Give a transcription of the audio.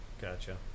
gotcha